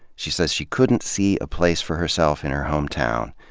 she says she couldn't see a place for herself in her hometown,